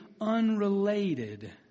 unrelated